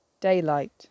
Daylight